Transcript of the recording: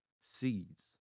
seeds